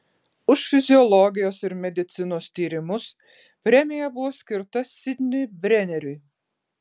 už fiziologijos ir medicinos tyrimus premija buvo skirta sidniui brėneriui